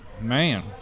man